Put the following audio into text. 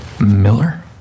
Miller